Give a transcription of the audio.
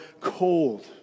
cold